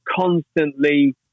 constantly